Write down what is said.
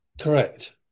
Correct